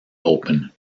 open